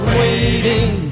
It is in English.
waiting